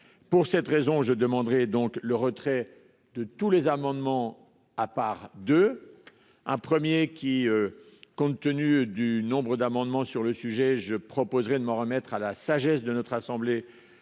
pour cette raison je demanderai donc le retrait de tous les amendements à part de. Un premier qui. Compte tenu du nombre d'amendements sur le sujet, je proposerai de m'en remettre à la sagesse de notre assemblée